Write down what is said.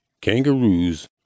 Kangaroos